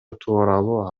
тууралуу